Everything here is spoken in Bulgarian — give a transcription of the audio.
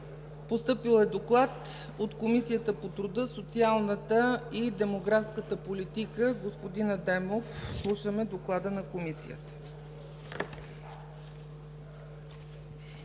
Постъпил е доклад от Комисията по труда, социалната и демографската политика. Господин Адемов, слушаме доклада на Комисията.